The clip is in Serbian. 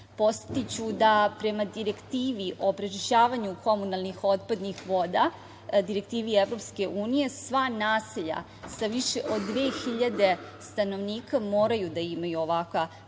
godina. Podsetiću da prema Direktivi o prečišćavanju komunalnih otpadnih voda, Direktivi EU, sva naselja sa više od 2.000 stanovnika moraju da imaju ovakva